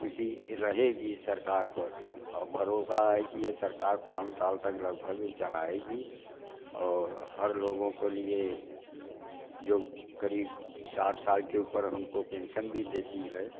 खुशी रहेगी सरकार पर आ भरोसा है कि यह सरकार पान साल तक लगभग यह चलाएगी और हर लोगों को लिए जो करीब साठ साल के ऊपर उनको पेंसन भी देती है